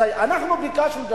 אנחנו ביקשנו,